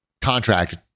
contract